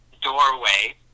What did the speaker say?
doorway